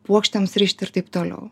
puokštėms rišt ir taip toliau